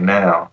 now